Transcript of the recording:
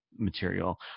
material